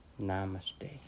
Namaste